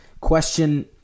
question